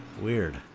Weird